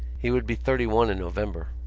he would be thirty-one in november.